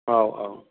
औ औ